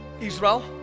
Israel